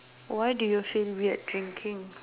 why do you feel weird drinking